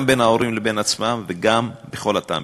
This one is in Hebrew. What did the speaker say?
גם בין ההורים לבין עצמם וגם בכל התא המשפחתי.